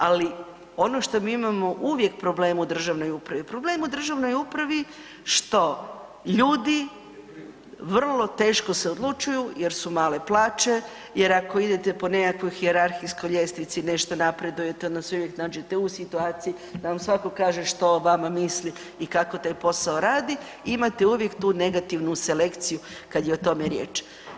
Ali ono što mi imamo uvijek problem u državnoj upravi, problem u državnoj upravi što ljudi vrlo teško se odlučuju jer su male plaće jer ako idete po nekakvoj hijerarhijskoj ljestvici nešto napredujete onda se uvijek nađete u situaciji da vam svako kaže što o vama misli i kako taj posao radi i imate uvijek tu negativnu selekciju kad je o tome riječ.